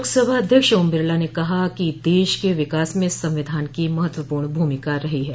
लोकसभा अध्यक्ष ओम बिरला ने कहा है कि देश के विकास में संविधान की महत्वपूर्ण भूमिका रही है